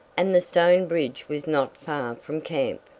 and the stone bridge was not far from camp.